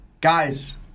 guys